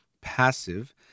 passive